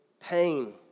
pain